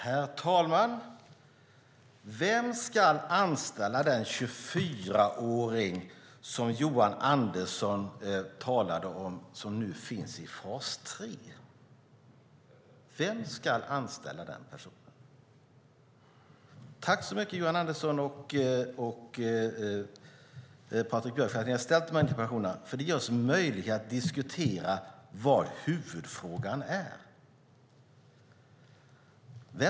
Herr talman! Vem ska anställa den 24-åring som Johan Andersson talade om och som nu finns i fas 3? Vem ska anställa den personen? Tack så mycket, Johan Andersson och Patrik Björck, för att ni har ställt de här interpellationerna! Det ger oss nämligen möjlighet att diskutera vad huvudfrågan är.